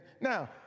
Now